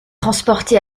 transporté